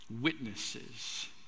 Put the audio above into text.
witnesses